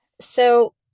So-